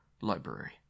library